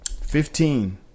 fifteen